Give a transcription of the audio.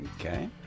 Okay